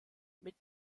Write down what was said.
mit